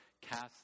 cast